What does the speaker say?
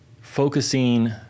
focusing